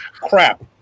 crap